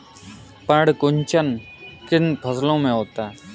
पर्ण कुंचन किन फसलों में होता है?